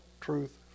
truth